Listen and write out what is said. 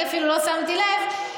אני אפילו לא שמתי לב,